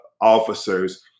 officers